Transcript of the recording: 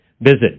Visit